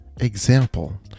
example